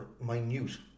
minute